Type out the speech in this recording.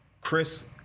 Chris